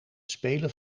spelen